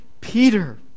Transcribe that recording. Peter